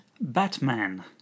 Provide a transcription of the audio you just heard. Batman